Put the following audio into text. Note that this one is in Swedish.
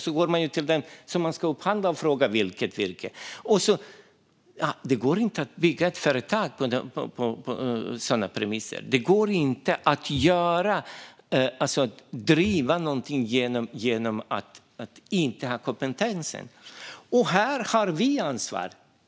Ska man gå till den som man ska upphandla av och fråga vilket virke som ska användas? Det går inte att driva ett företag på sådana premisser. Det går inte att driva något utan att ha kompetens. Här har vi ansvar.